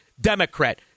Democrat